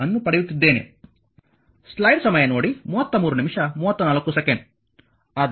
ಅನ್ನು ಪಡೆಯುತ್ತಿದ್ದೇನೆ